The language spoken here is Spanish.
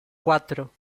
cuatro